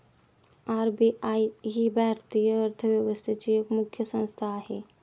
RBI ही भारतीय अर्थव्यवस्थेची एक मुख्य संस्था आहे